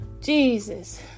Jesus